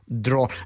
draw